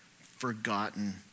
forgotten